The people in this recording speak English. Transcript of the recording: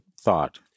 thought